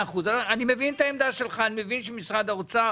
שמשרד האוצר